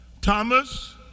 Thomas